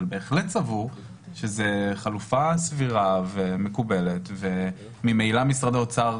הוא בהחלט סבור שזו חלופה סבירה ומקובלת וממילא משרד האוצר,